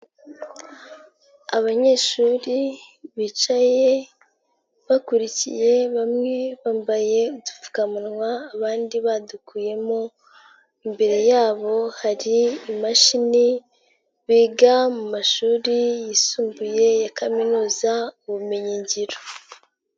Abanyeshuri bicaye bakurikiye bamwe bambaye udupfukamunwa abandi badukuyemo, imbere yabo hari imashini, biga mu mashuri yisumbuye ya kaminuza ubumenyingiro.